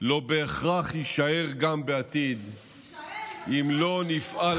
לא בהכרח יישאר גם בעתיד אם לא נפעל היום.